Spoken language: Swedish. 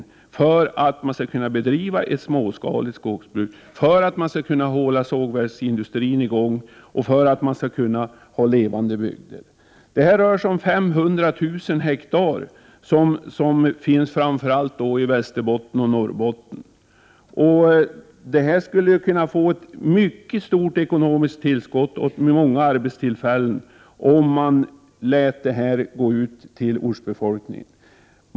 Det är nödvändigt för att man skall kunna bedriva ett småskaligt skogsbruk, hålla sågverksindustrin i gång och bevara levande bygder. Det rör sig om 500 000 ha, framför allt i Västerbotten och Norrbotten. Det skulle kunna bli ett mycket betydande ekonomiskt tillskott och många arbetstillfällen, om man sålde ut till ortsbefolkningen.